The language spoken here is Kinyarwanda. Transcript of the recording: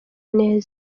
neza